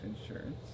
insurance